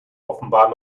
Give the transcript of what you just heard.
offenbar